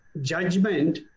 judgment